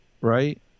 Right